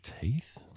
Teeth